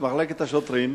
את המחלקה לחקירות שוטרים,